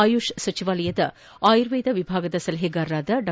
ಆಯುಷ್ ಸಚಿವಾಲಯದ ಆಯುರ್ವೇದ ವಿಭಾಗದ ಸಲಹೆಗಾರರಾದ ಡಾ